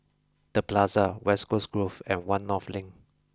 the Plaza West Coast Grove and One North Link